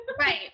Right